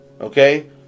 okay